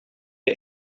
wir